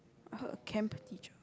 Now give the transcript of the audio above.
I heard a camp teacher